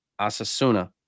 Asasuna